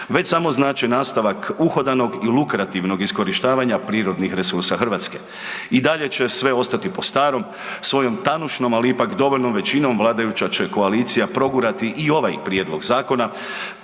već samo znači nastavak uhodanog i lukrativnog iskorištavanja prirodnih resursa Hrvatske. I dalje će sve ostati po starom, svojom tanušnom ali ipak dovoljnom većinom vladajuća će koalicija progurati i ovaj prijedlog zakona,